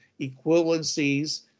equivalencies